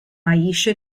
aisha